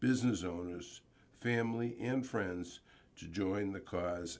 business owners family and friends to join the ca